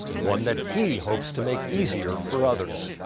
one that he hopes to make easier for others.